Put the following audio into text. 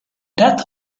death